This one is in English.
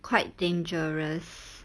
quite dangerous